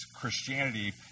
Christianity